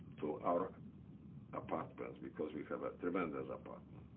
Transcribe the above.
to our apartments because we have a tremendous apartment.